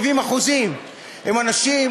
70% הם תאים